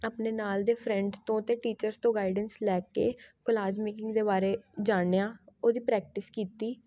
ਆਪਣੇ ਨਾਲ ਦੇ ਫ੍ਰੈਂਡਸ ਤੋਂ ਅਤੇ ਟੀਚਰਸ ਤੋਂ ਗਾਈਡੈਂਸ ਲੈ ਕੇ ਕੌਲਾਜ ਮੇਕਿੰਗ ਦੇ ਬਾਰੇ ਜਾਣਿਆ ਉਹ ਦੀ ਪ੍ਰੈਕਟਿਸ ਕੀਤੀ